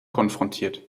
konfrontiert